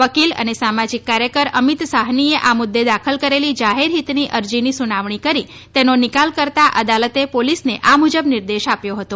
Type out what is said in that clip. વકીલ અને સામજીક કાર્યકર અમિત સાહનીએ આ મુદ્દે દાખલ કરેલી જાહેર હિતની અરજીની સુનાવણી કરે તેનો નિકાલ કરતા અદાલતે પોલીસને આ મુજબ નિર્દેશ આપ્યો હતો